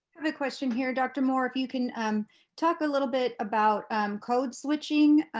and a question here. dr. moore, if you can and talk a little bit about code switching,